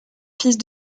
fils